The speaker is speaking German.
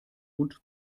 und